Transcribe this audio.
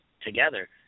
together